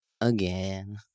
Again